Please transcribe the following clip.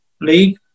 league